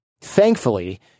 Thankfully